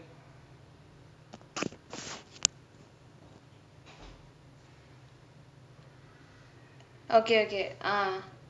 okay okay ah